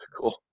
Cool